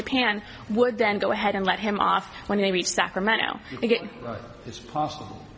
japan would then go ahead and let him off when they reach sacramento it's possible